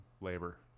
labor